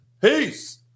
Peace